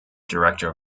director